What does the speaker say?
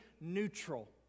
neutral